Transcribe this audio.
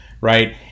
right